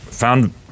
found